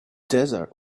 desert